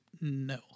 No